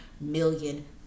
million